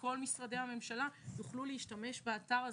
כל משרדי הממשלה יוכלו להשתמש באתר הזה.